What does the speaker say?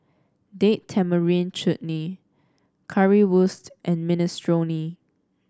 Date Tamarind Chutney Currywurst and Minestrone